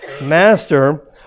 Master